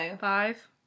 Five